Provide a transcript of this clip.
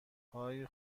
های